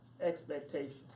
expectation